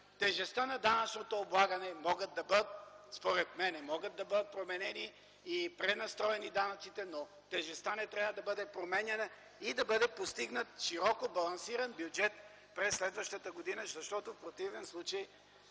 тежестта на данъчното облагане. Според мен могат да бъдат променени и пренастроени данъците, но тежестта не трябва да бъде променяна, и да бъде постигнат широко балансиран бюджет през следващата година. Защото, в противен случай,